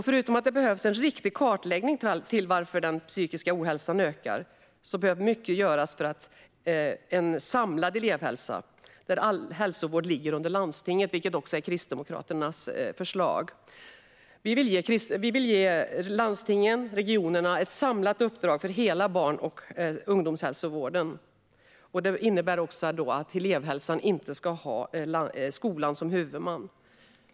Förutom att det behövs en riktig kartläggning av varför den psykiska ohälsan ökar behöver mycket göras för en samlad elevhälsa där all hälsovård ligger under landstinget, vilket också är Kristdemokraternas förslag. Vi vill ge landstingen eller regionerna ett samlat uppdrag för hela barn och ungdomshälsovården. Det innebär också att elevhälsan inte ska ha skolan som huvudman.